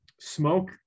smoke